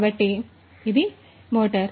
కాబట్టి ఇది మోటారు